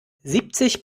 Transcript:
siebzig